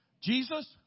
Jesus